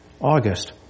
August